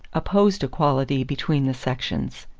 opposed equality between the sections.